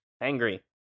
angry